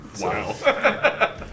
Wow